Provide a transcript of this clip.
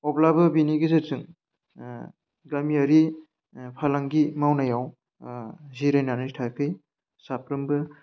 अब्लाबो बेनि गेजेरजों गामियारि फालांगि मावनायाव जिरायनानै थायाखै साफ्रोमबो